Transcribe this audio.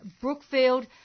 Brookfield